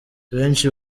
benshi